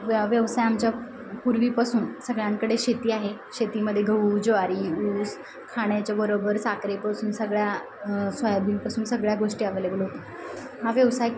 व्य व्यवसाय आमच्या पूर्वीपासून सगळ्यांकडे शेती आहे शेतीमध्ये गहू ज्वारी ऊस खाण्याच्याबरोबर साखरेपासून सगळ्या सोयाबीनपासून सगळ्या गोष्टी अवेलेबल होत हा व्यवसाय